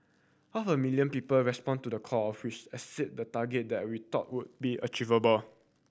half a million people respond to the call which exceed the target that we thought would be achievable